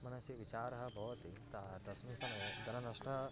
मनसि विचारः भवति ता तस्मिन् समये धनं नष्ट